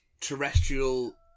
terrestrial